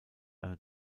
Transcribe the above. eine